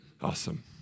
Awesome